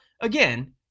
again